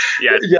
yes